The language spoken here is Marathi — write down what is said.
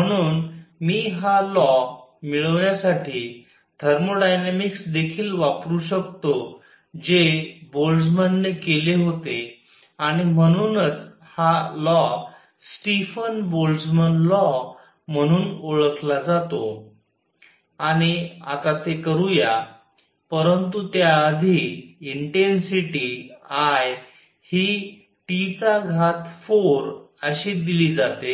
म्हणून मी हा लॉ मिळवण्यासाठी थर्मोडायनामिक्स देखील वापरू शकतो जे बोल्टझ्मन ने केले होते आणि म्हणूनच हा लॉ स्टीफन बोल्टझ्मन लॉ म्हणून ओळखला जातो आणि आता ते करू या परंतु त्याआधी इंटेन्सिटी I हि T चा घात 4 अशी दिली जाते